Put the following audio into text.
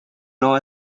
known